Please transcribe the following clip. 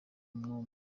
n’umwe